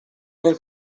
nel